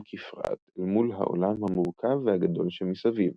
כפרט אל מול העולם המורכב והגדול שמסביב.